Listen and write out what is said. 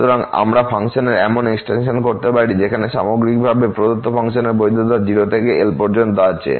সুতরাং আমরা ফাংশনের এমন এক্সটেনশন করতে পারি যেখানে সামগ্রিকভাবে প্রদত্ত ফাংশনের বৈধতা 0 থেকে L পর্যন্ত আছে